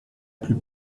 plus